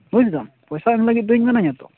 ᱵᱩᱡ ᱮᱫᱟᱢ ᱯᱚᱭᱥᱟ ᱮᱢ ᱞᱟᱹᱜᱤᱫ ᱛᱮᱫᱚ ᱤᱧ ᱢᱤᱱᱟᱹᱧᱟᱛᱚ